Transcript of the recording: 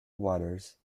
waters